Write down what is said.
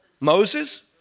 Moses